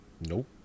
Nope